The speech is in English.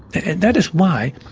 and that is why,